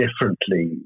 differently